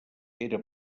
era